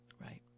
Right